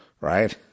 right